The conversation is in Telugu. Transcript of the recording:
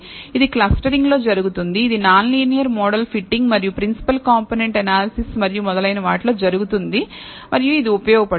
ఇది క్లస్టరింగ్లో జరుగుతుంది ఇది నాన్ లీనియర్ మోడల్ ఫిట్టింగ్ మరియు ప్రిన్సిపల్ కాంపోనెంట్ అనాలిసిస్ మరియు మొదలైన వాటిలో జరుగుతుంది మరియు ఇది ఉపయోగపడుతుంది